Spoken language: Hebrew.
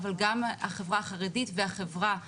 אבל גם החברה החרדית והחברה הערבית,